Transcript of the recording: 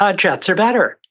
ah jets are better.